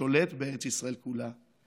שולט בארץ ישראל כולה,